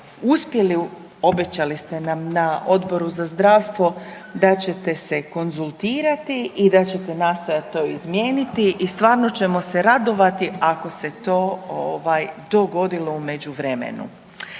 uspjeli, obećali ste nam na Odboru za zdravstvo da ćete se konzultirati i da ćete nastojat to izmijeniti i stvarno ćemo se radovati ako se to ovaj dogodilo u međuvremenu.